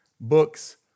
books